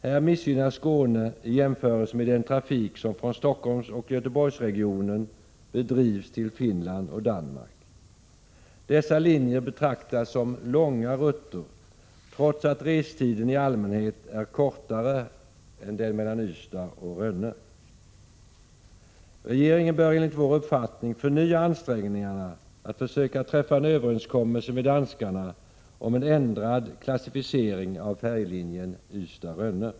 Här missgynnas Skåne i jämförelse med trafiken från Stockholmsoch Göteborgsregionen till Finland och Danmark. Dessa linjer betraktas som ”långa rutter”, trots att restiden i allmänhet är kortare än den mellan Ystad och Rönne. Regeringen bör enligt vår uppfattning förnya ansträngningarna att försöka träffa en överenskommelse med danskarna om en ändrad klassificering av färjelinjen Ystad Rönne.